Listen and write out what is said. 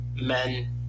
Men